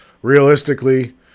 Realistically